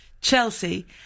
Chelsea